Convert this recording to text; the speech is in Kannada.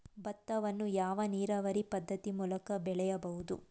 ಭತ್ತವನ್ನು ಯಾವ ನೀರಾವರಿ ಪದ್ಧತಿ ಮೂಲಕ ಬೆಳೆಯಬಹುದು?